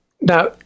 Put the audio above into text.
Now